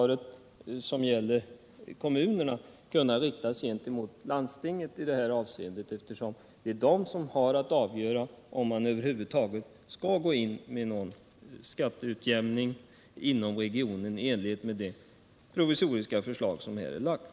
Men det gäller väl även i fråga om landstinget i det här avseendet, eftersom det är landstinget som har att avgöra om man över huvud taget skall gå in med någon skatteutjämning inom regionen i enlighet med det provisoriska förslag som här är lagt.